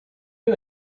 you